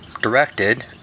directed